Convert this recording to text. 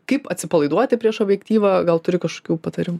kaip atsipalaiduoti prieš objektyvą gal turi kažkokių patarimų